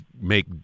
make